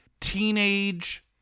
teenage